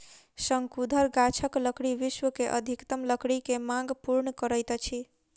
शंकुधर गाछक लकड़ी विश्व के अधिकतम लकड़ी के मांग पूर्ण करैत अछि